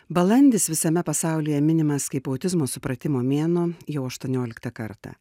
balandis visame pasaulyje minimas kaip autizmo supratimo mėnuo jau aštuonioliktą kartą